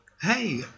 Hey